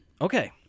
Okay